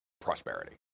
prosperity